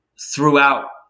throughout